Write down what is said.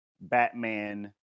Batman